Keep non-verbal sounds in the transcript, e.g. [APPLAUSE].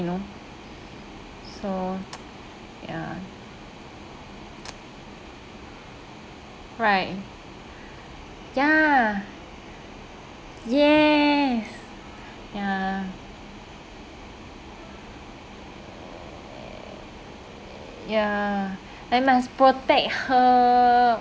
you know so [NOISE] ya [NOISE] right ya yes ya ya like must protect her